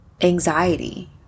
anxiety